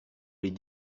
les